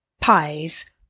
pies